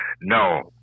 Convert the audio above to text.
no